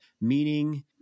meaning